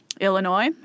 Illinois